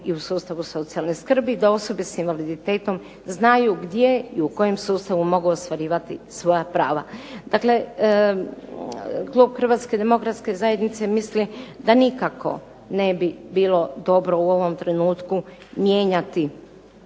i u sustavu socijalne skrbi, da osobe sa invaliditetom znaju gdje i u kojem sustavu mogu ostvarivati svoja prava. Dakle, klub Hrvatske demokratske zajednice misli da nikako ne bi bilo dobro u ovom trenutku mijenjati